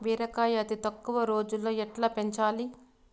బీరకాయ అతి తక్కువ రోజుల్లో ఎట్లా పెంచాలి?